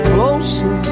Closer